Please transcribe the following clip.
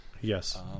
Yes